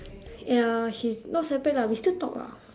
ya she's not separate lah we still talk lah